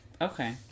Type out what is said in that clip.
Okay